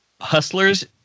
Hustlers